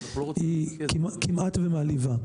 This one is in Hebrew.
היא כמעט ומעליבה.